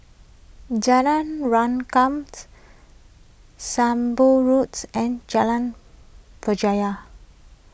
Jalan Rengkam Sembong Road and Jalan Berjaya